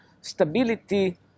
stability